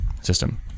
system